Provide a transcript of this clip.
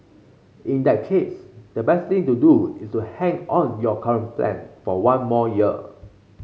in that case the best thing to do is to hang on your current plan for one more year